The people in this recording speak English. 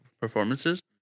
performances